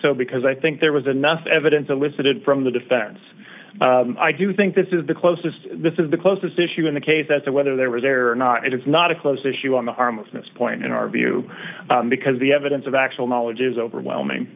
so because i think there was enough evidence elicited from the defense i do think this is the closest this is the closest issue in the case as to whether there was a or not it is not a close issue on the harmlessness point in our view because the evidence of actual knowledge is overwhelming